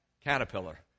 caterpillar